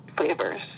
flavors